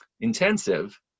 intensive